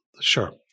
sure